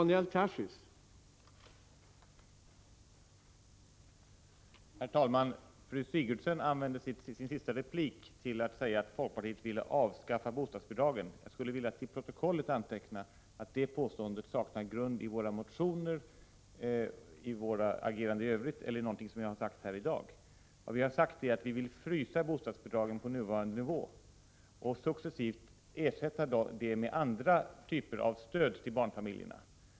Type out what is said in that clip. Herr talman! Fru Sigurdsen använde sin sista replik till att säga att folkpartiet vill avskaffa bostadsbidragen. Jag skulle vilja till protokollet få antecknat att detta påstående saknar grund i våra motioner, i vårt agerande i övrigt och i vad jag sagt här i dag. Vad vi har sagt är att vi vill frysa bostadsbidragen på nuvarande nivå och successivt ersätta dem med andra typer av stöd till barnfamiljerna.